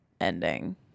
ending